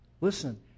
listen